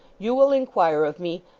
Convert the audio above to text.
you will inquire of me,